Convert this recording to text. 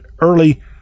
early